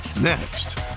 Next